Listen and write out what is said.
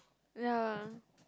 ya